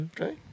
Okay